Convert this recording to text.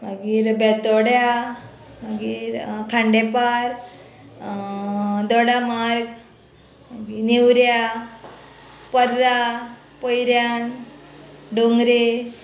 मागीर बेतोड्या मागीर खांडेपार दोडामार नेवऱ्या पर्रा पयऱ्यान दोंगरे